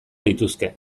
lituzke